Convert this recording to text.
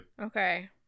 Okay